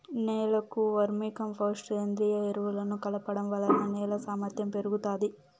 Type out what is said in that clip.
నేలకు vermicompost, సేంద్రీయ ఎరువులను కలపడం వలన నేల సామర్ధ్యం పెరుగుతాది